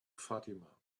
fatima